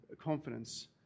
confidence